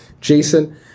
Jason